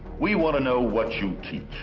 we want to know what you teach,